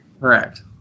correct